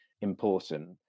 important